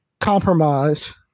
compromise